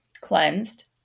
cleansed